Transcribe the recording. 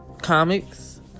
comics